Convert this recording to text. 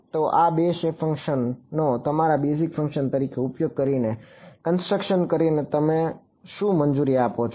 તો આ બે શેપ ફંક્શનનો તમારા બેઝિક ફંક્શન તરીકે ઉપયોગ કરીને કન્સ્ટ્રક્શન કરીને તમે શું મંજૂરી આપો છો